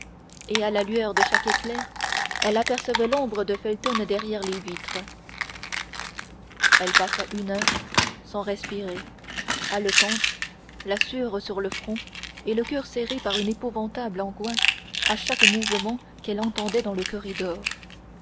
et à la lueur de chaque éclair elle apercevait l'ombre de felton derrière les vitres elle passa une heure sans respirer haletante la sueur sur le front et le coeur serré par une épouvantable angoisse à chaque mouvement qu'elle entendait dans le corridor